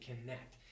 connect